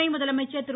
துணை முதலமைச்சர் திரு